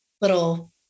little